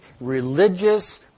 religious